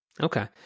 Okay